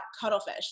cuttlefish